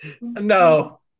No